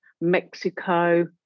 Mexico